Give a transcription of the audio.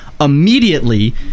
immediately